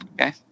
Okay